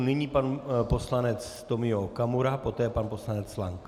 Nyní pan poslanec Tomio Okamura, poté pan poslanec Lank.